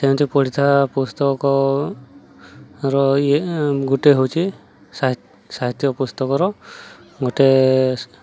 ସେମିତି ପଢ଼ିଥିବା ପୁସ୍ତକର ଇଏ ଗୋଟେ ହେଉଛି ସାହିତ୍ୟ ପୁସ୍ତକର ଗୋଟେ